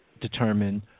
determine